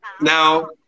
Now